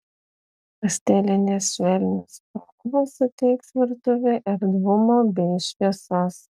pastelinės švelnios spalvos suteiks virtuvei erdvumo bei šviesos